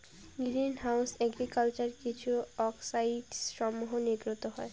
green house agriculture কিছু অক্সাইডসমূহ নির্গত হয়